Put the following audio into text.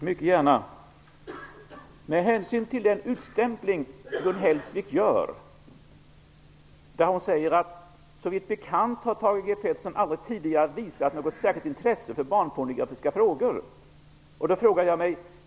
Herr talman! Jag hänvisar till den utstämpling som Gun Hellsvik gör, där hon säger att såvitt bekant har Thage G Peterson aldrig tidigare visat något särskilt intresse för barnpornografiska frågor.